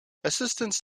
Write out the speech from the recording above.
assistance